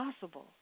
possible